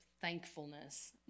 thankfulness